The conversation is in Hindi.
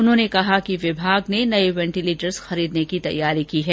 उन्होंने कहा कि विभाग ने नए वेन्टीलेटर्स खरीदने की तैयारी की है